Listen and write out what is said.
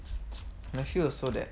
but actually also that